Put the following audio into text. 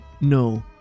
No